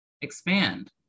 expand